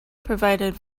provided